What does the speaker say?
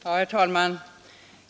Herr talman!